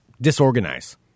disorganized